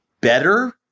better